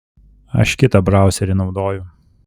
aš kitą brauserį naudoju